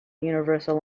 universal